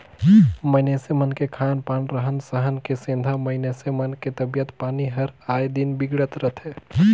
मइनसे मन के खान पान, रहन सहन के सेंधा मइनसे मन के तबियत पानी हर आय दिन बिगड़त रथे